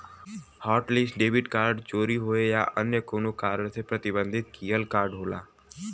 hotlist debit card चोरी होये या अन्य कउनो कारण से प्रतिबंधित किहल कार्ड होला